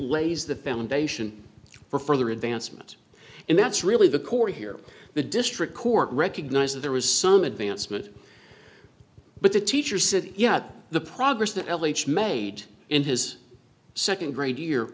lays the foundation for further advancement and that's really the core here the district court recognized that there was some advancement but the teacher said yet the progress the l h made in his second grade year